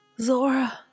Zora